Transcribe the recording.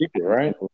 Right